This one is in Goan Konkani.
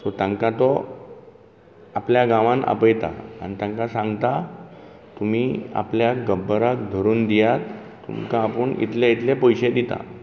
सो तांकां तो आपल्या गांवांत आपयता आनी तांका सांगता तुमी आपल्याक गब्बराक धरून दियात तुमकां आपूण इतले इतले पयशें दिता